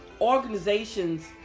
organizations